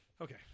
Okay